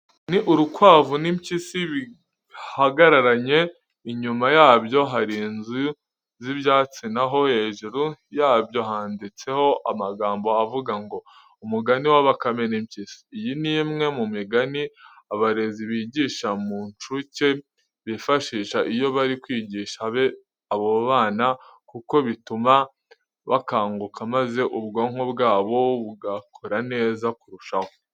Ni urukwavu n'impyisi bihagararanye, inyuma yabyo hari inzu z'ibyatsi na ho hejuru yabyo handitse amagambo avuga ngo: "Umugani wa Bakame n'Impyisi." Iyi ni imwe mu migani abarezi bigisha mu ncuke bifashisha iyo bari kwigisha aba bana kuko bituma bakanguka maze ubwonko bwabo bugakora neza kurushaho.